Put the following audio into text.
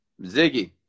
Ziggy